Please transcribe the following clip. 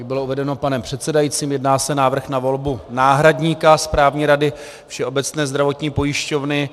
Jak bylo uvedeno panem předsedajícím, jedná se o návrh na volbu náhradníka Správní rady Všeobecné zdravotní pojišťovny.